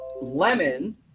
lemon